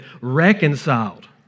reconciled